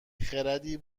خردی